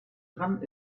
dran